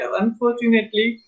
unfortunately